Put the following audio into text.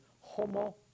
homo